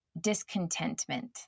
discontentment